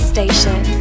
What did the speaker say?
Station